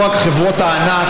לא רק חברות הענק,